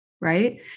right